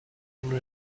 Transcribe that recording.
even